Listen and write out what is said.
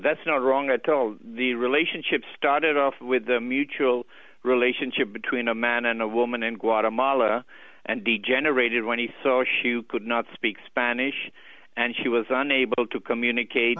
that's not wrong at all the relationship started off with a mutual relationship between a man and a woman in guatemala and degenerated when he saw shu could not speak spanish and she was unable to communicate